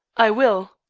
i will,